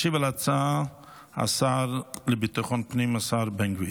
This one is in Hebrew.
ישיב על ההצעה השר לביטחון לאומי, השר בן גביר.